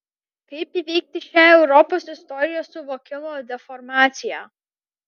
kaip įveikti šią europos istorijos suvokimo deformaciją